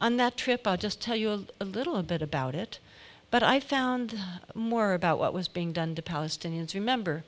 on that trip i just tell you a little bit about it but i found more about what was being done to palestinians remember